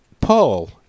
Paul